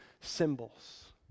symbols